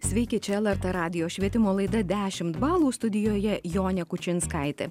sveiki čia lrt radijo švietimo laida dešim balų studijoje jonė kučinskaitė